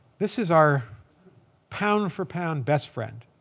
this is our pound for pound best friend,